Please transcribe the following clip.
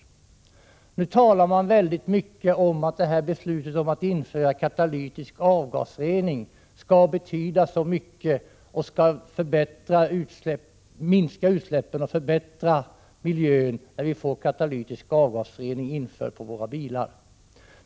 I det här sammanhanget talas det väldigt mycket om att beslutet om att införa katalytisk avgasrening på våra bilar kommer att betyda så mycket när det gäller att minska utsläppen och förbättra miljön.